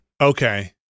Okay